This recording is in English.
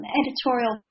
editorial